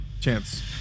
chance